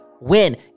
win